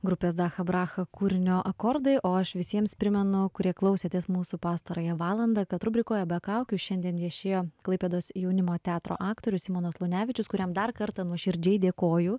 grupės dacha bracha kūrinio akordai o aš visiems primenu kurie klausėtės mūsų pastarąją valandą kad rubrikoje be kaukių šiandien viešėjo klaipėdos jaunimo teatro aktorius simonas lunevičius kuriam dar kartą nuoširdžiai dėkoju